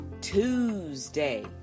Tuesday